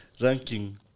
ranking